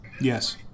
Yes